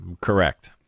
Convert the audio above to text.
Correct